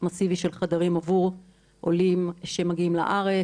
מסיבי של חדרים עבור עולים מגיעים לארץ,